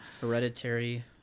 hereditary